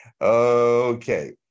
Okay